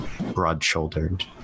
broad-shouldered